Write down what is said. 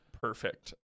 perfect